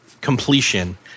completion